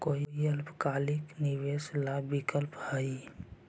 कोई अल्पकालिक निवेश ला विकल्प हई?